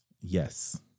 Yes